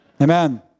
Amen